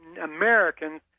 Americans